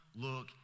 look